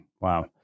Wow